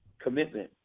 commitment